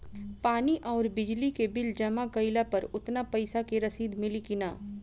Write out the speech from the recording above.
पानी आउरबिजली के बिल जमा कईला पर उतना पईसा के रसिद मिली की न?